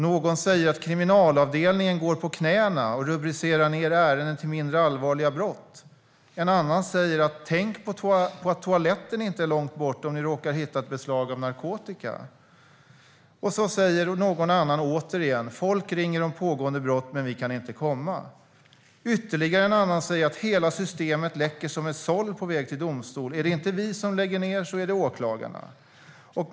Någon säger att kriminalavdelningen går på knäna och rubricerar ned ärenden som mindre allvarliga brott. En annan säger: Tänk på att toaletten inte är långt borta om ni råkar hitta ett beslag av narkotika. Så säger någon återigen: Folk ringer om pågående brott, men vi kan inte komma. Ytterligare en annan säger att hela systemet läcker som ett såll på väg till domstol: Är det inte vi som lägger ned så är det åklagarna.